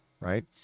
right